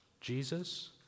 Jesus